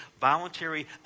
voluntary